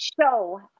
show